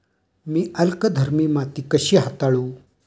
मी अल्कधर्मी माती कशी हाताळू?